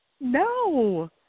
No